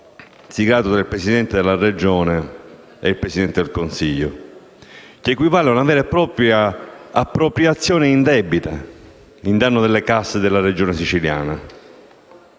siglato tra il Presidente della Regione e il Presidente del Consiglio, che equivale a una vera e propria appropriazione indebita in danno delle casse della Regione siciliana;